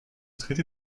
traité